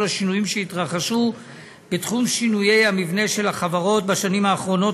לשינויים שהתרחשו בתחום שינויי המבנה של החברות בשנים האחרונות,